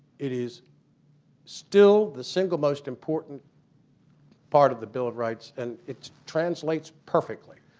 it is still the single most important part of the bill of rights. and it translates perfectly.